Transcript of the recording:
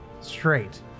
straight